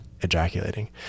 ejaculating